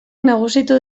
nagusitu